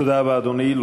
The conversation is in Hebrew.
תודה רבה, אדוני.